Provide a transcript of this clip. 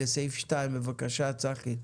לסעיף 2. בבקשה צחי.